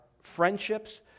friendships